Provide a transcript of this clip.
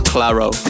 Claro